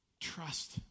trust